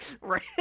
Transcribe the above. Right